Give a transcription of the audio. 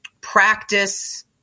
practice